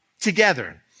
together